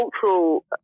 cultural